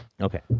Okay